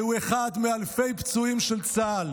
שהוא אחד מאלפי פצועים של צה"ל.